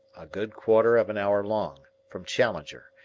a good quarter of an hour long, from challenger,